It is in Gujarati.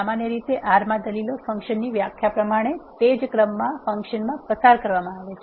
સામાન્ય રીતે R માં દલીલો ફંકશનની વ્યાખ્યા પ્રમાણે તે જ ક્રમમાં ફંકશનમાં પસાર કરવામાં આવે છે